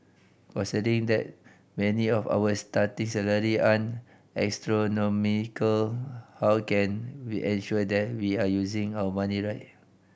considering that many of our starting salary aren't astronomical how can we ensure that we are using our money right